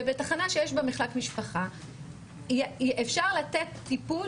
ובתחנה שיש בה מחלק משפחה אפשר לתת טיפול